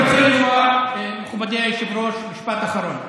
מכובדי היושב-ראש, משפט אחרון.